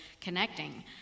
connecting